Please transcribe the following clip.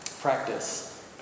practice